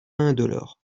indolore